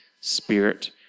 spirit